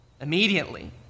immediately